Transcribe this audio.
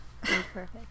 Perfect